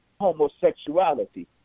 homosexuality